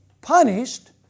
punished